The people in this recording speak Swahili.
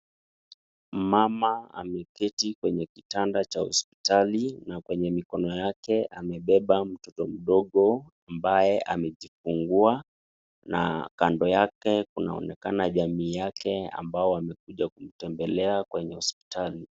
Mama ameketi kwenye kitanda cha hospitali na kwenye mikono yake amebeba mtoto mdogo ambaye amejifungua na kando yake kunaonekana jamii yake ambao wamekuja kumtembelea kwenye hospitali.